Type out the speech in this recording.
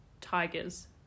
tigers